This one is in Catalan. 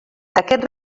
aquests